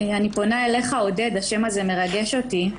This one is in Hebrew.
אני פונה אליך, עודד השם הזה מרגש אותי,